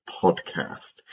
podcast